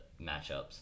matchups